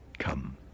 Come